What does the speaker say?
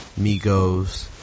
Migos